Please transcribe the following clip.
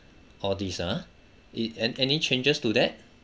all these uh it and any changes to that